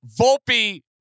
Volpe